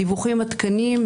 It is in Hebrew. הדיווחים עדכניים.